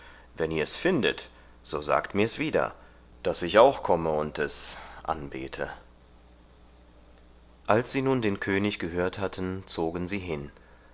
wenn ihr's findet so sagt mir's wieder daß ich auch komme und es anbete als sie nun den könig gehört hatten zogen sie hin